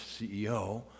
CEO